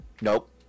Nope